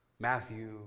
Matthew